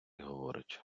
говорить